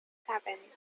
seven